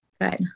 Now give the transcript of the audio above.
good